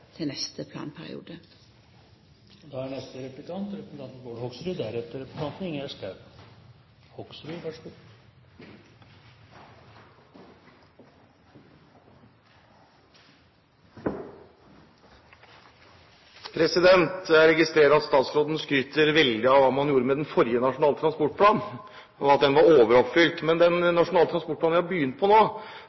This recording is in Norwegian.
i neste planperiode. Jeg registrerer at statsråden skryter veldig av hva man gjorde med den forrige nasjonale transportplanen, og at den var overoppfylt. Men den nasjonale transportplanen vi har begynt på nå,